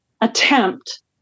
attempt